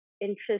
interest